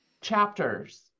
chapters